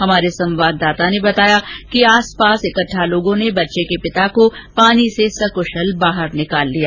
हमारे संवाददाता ने बताया कि आस पास इकट ठा लोगों ने बच्चे के पिता को पानी से संकृशल बाहर निकाल लिया